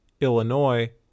Illinois